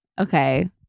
okay